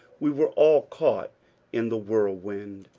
we were all caught in the whirl wind.